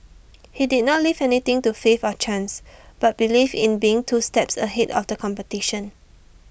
he did not leave anything to faith or chance but believed in being two steps ahead of the competition